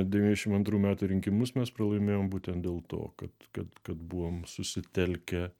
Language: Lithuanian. devyniasdešim antrų metų rinkimus mes pralaimėjom būtent dėl to kad kad kad buvom susitelkę